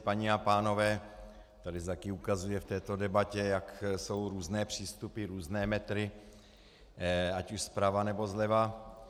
Paní a pánové, tady se také ukazuje v této debatě, jak jsou různé přístupy, různé metry, ať už zprava, nebo zleva.